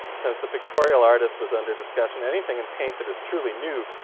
since the pictorial artist was under discussion, anything in paint that is truly new,